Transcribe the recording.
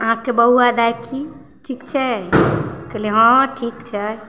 अहाँके बौआ दाइ कि ठीक छै कहलिए हँ ठीक छै